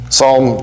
Psalm